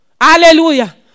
Hallelujah